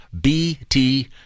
BT